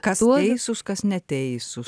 kas teisūs kas neteisūs